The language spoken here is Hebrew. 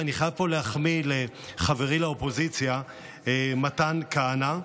ואני חייב פה להחמיא לחברי לאופוזיציה מתן כהנא.